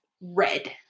red